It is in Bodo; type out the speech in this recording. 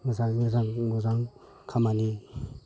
मोजाङै मोजां मोजां खामानि